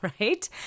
right